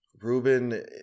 Ruben